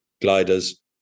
gliders